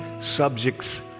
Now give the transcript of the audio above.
subjects